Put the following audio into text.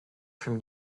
from